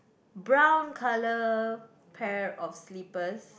brown colour pair of slippers